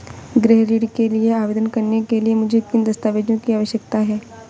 गृह ऋण के लिए आवेदन करने के लिए मुझे किन दस्तावेज़ों की आवश्यकता है?